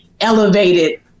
elevated